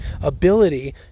ability